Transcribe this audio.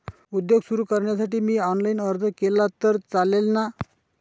उद्योग सुरु करण्यासाठी मी ऑनलाईन अर्ज केला तर चालेल ना?